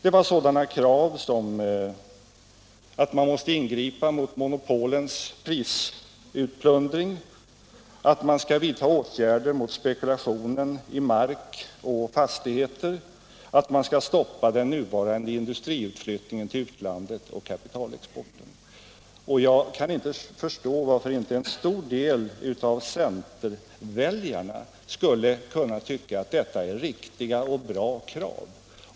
Det var vidare krav som att man måste ingripa mot monopolens prisutplundring, att man skall vidta åtgärder mot spekulationen i mark och fastigheter och att man skall stoppa den nuvarande industriutflyttningen till utlandet och kapitalexporten. Jag kan inte förstå varför inte en stor del av centerväljarna skulle kunna tycka att detta är riktiga och bra krav.